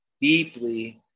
deeply